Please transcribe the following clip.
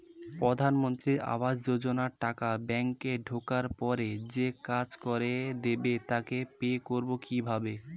প্রধানমন্ত্রী আবাস যোজনার টাকা ব্যাংকে ঢোকার পরে যে কাজ করে দেবে তাকে পে করব কিভাবে?